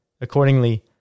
Accordingly